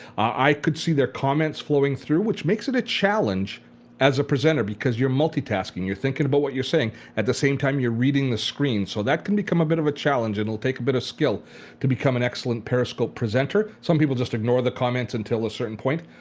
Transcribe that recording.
i could see their comments flowing through, which makes it a challenge as a presenter because you're multi-tasking. you're thinking about what you're saying at the same time you're reading the screen. so that can be a little bit of a challenge. it will take a bit of skill to become an excellent periscope presenter. some people just ignore the comments until a certain point,